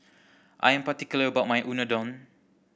I am particular about my Unadon